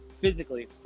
physically